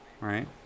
right